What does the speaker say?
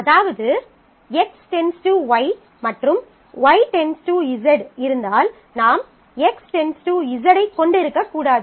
அதாவது X → Y மற்றும் Y → Z இருந்தால் நாம் X → Z ஐக் கொண்டிருக்கக்கூடாது